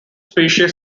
species